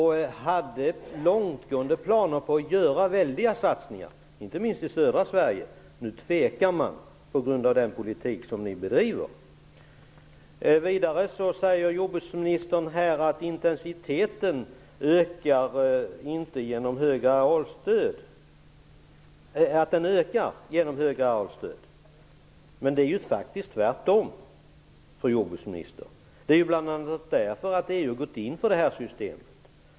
Man hade långtgående planer på att göra mycket stora satsningar, inte minst i södra Sverige. Nu tvekar man på grund av den politik som ni bedriver. Vidare säger jordbruksministern att intensiteten ökar genom höga arealstöd. Det är faktiskt tvärtom, fru jordbruksminister. Det gör det bl.a. därför att EU har gått in för det här systemet.